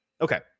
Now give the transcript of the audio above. Okay